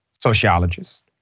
sociologist